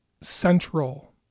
central